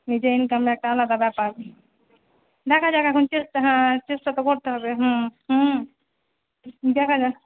নিজের ইনকাম একটা আলাদা ব্যাপার দেখা যাক এখন চেষ্টা হ্যাঁ চেষ্টা তো করতে হবে হুম হুম দেখা যাক